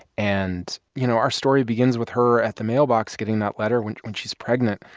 and, you know, our story begins with her at the mailbox getting that letter when when she's pregnant.